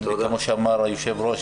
לא יודע מה שאמר היושב-ראש,